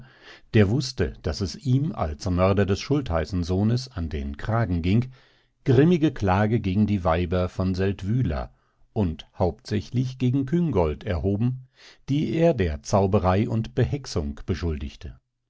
der wußte daß es ihm als mörder des schultheißensohnes an den kragen ging grimmige klage gegen die weiber von seldwyla und hauptsächlich gegen küngolt erhoben die er der zauberei und behexung beschuldigte